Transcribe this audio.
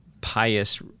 pious